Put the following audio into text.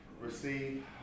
receive